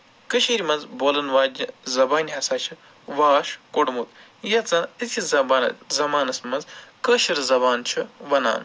کٔشیٖر منٛز بولَن واجنہِ زَبٲنہِ ہسا چھِ واش کوٚڑمُت یَتھ زَن أسۍ زبا زَمانَس منٛز کٲشِر زَبان چھِ وَنان